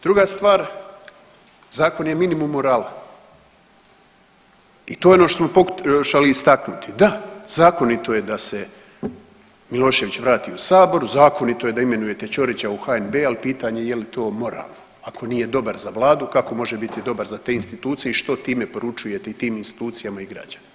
Druga stvar, zakon je minimum morala i to je ono što smo pokušali istaknuti, da zakonito je da se Milošević vrati u sabor, zakonito je da imenujete Ćorića u HNB, al pitanje je jel to moralno, ako nije dobar za vladu kako može biti dobar za te institucije i što time poručujete i tim institucijama i građanima?